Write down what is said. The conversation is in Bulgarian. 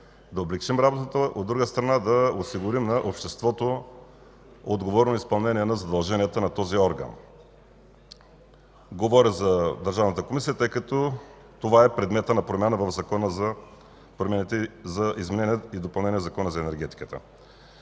да облекчим работата, а от друга страна, да осигурим на обществото отговорно изпълнение на задълженията на този орган. Говоря за Държавната комисия, тъй като това е предметът на промяна в Закона за енергетиката.